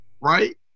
right